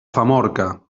famorca